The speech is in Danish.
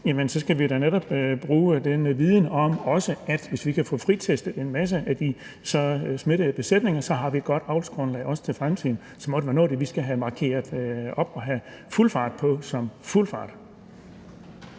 så netop da skal bruge den viden – altså at hvis vi kan få fritestet en masse af de smittede besætninger, har vi et godt avlsgrundlag også til fremtiden, som må være noget af det, som vi skal have fuld fart på som i fuld fart.